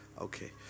Okay